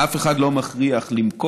אף אחד לא מכריח למכור